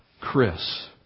Chris